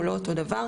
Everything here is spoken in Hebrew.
הוא לא אותו דבר,